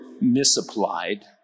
misapplied